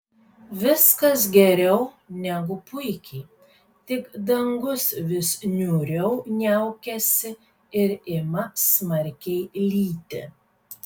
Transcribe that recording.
viskas geriau negu puikiai tik dangus vis niūriau niaukiasi ir ima smarkiai lyti